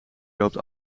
loopt